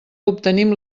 obtenim